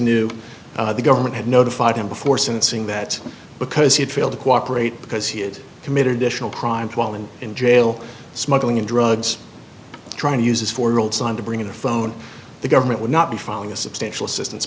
knew the government had notified him before sentencing that because he'd failed to cooperate because he had committed a crime while in in jail smuggling in drugs trying to use his four year old son to bring in a phone the government would not be filing a substantial assistance